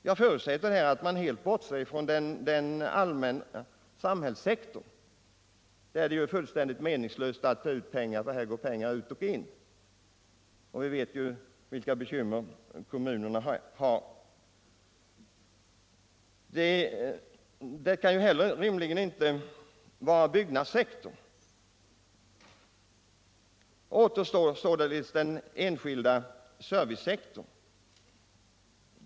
Jag förutsätter att man helt bortser från den allmänna samhällssektorn, där det ju är fullständigt meningslöst att ta ut pengar, eftersom pengarna går ut och in. Finansdebatt Finansdebatt Vi vet också vilka bekymmer kommunerna har. Det kan rimligen inte heller vara fråga om byggnadssektorn. Återstår således den enskilda servicesektorn.